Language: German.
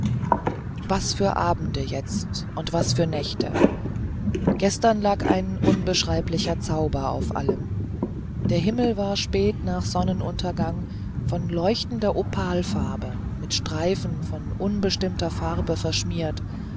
was für abende jetzt und was für nächte gestern lag ein unbeschreiblicher zauber auf allem der himmel war spät nach sonnenuntergang von leuchtender opalfarbe mit streifen von unbestimmter farbe verschmiert